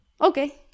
Okay